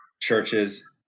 churches